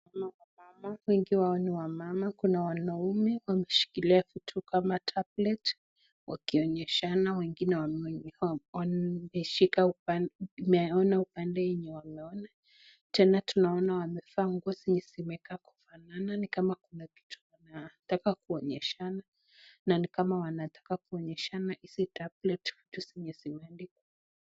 Wengi wao ni wamama Kuna wanaume wameshikilia kutoka matablet wakionyeshana wengine wameshika wameona upande tena wamekaa kuvaa nguo zenye zinafanana ni kama Kuna picha wanataka kuonyeshana na ni kama wanataka kuonyeshana hizi vitablet zenye zimeandikwa.